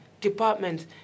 department